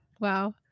wow